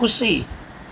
ખુશી